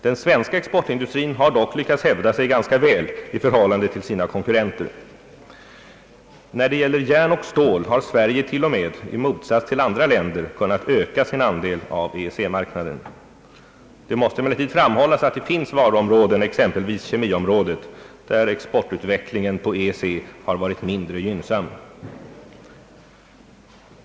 Den svenska exportindustrien har dock lyckats hävda sig ganska väl i förhållande till sina konkurrenter. När det gäller järn och stål har Sverige till och med i motsats till andra länder, kunnat öka sin andel av EEC-marknaden. Det måste emellertid framhållas att det finns varuområden, exempelvis kemiområdet, där exportutvecklingen på EEC varit mindre gynnsam.